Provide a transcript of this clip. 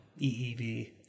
EEV